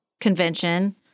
Convention